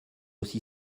aussi